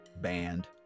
band